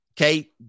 Okay